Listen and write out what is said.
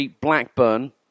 Blackburn